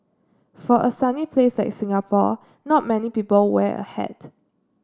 for a sunny place like Singapore not many people wear a hat